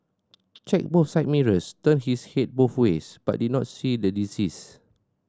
checked both side mirrors turned his head both ways but did not see the deceased